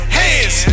hands